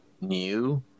new